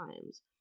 times